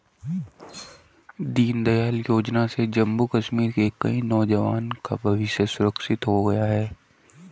दीनदयाल योजना से जम्मू कश्मीर के कई नौजवान का भविष्य सुरक्षित हो गया